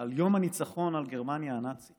על יום הניצחון על גרמניה הנאצית